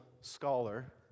scholar